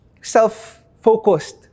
self-focused